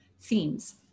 themes